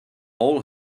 all